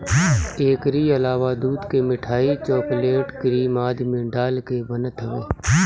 एकरी अलावा दूध के मिठाई, चोकलेट, क्रीम आदि में डाल के बनत हवे